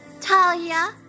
Talia